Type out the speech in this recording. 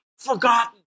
forgotten